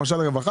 למשל לרווחה,